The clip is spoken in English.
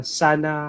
sana